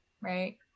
Right